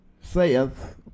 saith